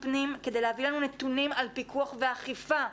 פנים כדי להביא לנו נתונים על פיקוח ואכיפה,